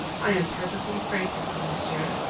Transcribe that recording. i am perfectly frank with you, monsieur,